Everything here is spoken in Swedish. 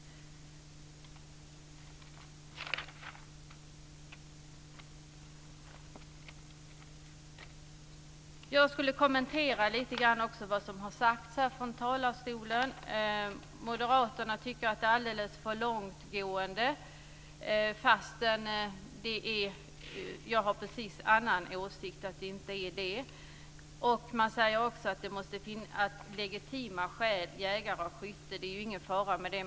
Jag ska också lite grann kommentera vad som har sagts från talarstolen. Moderaterna tycker att detta är alldeles för långtgående. Jag har åsikten att det inte är det. Man säger också att det inte är någon fara när det gäller de legitima skälen för jägare och skytte.